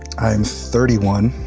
i'm thirty one.